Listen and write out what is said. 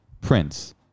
Prince